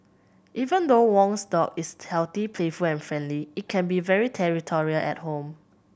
even though Wong's dog is healthy playful and friendly it can be very territorial at home